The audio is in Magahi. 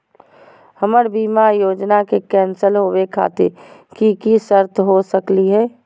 हमर बीमा योजना के कैन्सल होवे खातिर कि कि शर्त हो सकली हो?